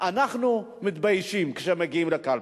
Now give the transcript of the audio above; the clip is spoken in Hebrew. אנחנו מתביישים, כשמגיעים לקלפי.